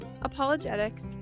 apologetics